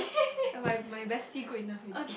ah my my bestie good enough already